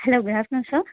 hello good afternoon sir